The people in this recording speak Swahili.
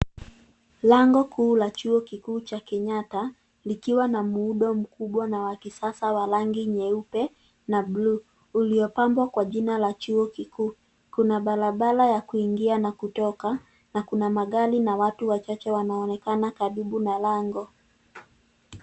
Lango kuu la chuo kikuu cha kenyatta likiwa na muundo mkubwa na wa kisasa wa rangi nyeupe na bluu uliopambwa kwa jina la chuo kikuu. Kuna barabara ya kuingia na kutoka na kuna magari na watu wachache wanaoonekana karibu na lango.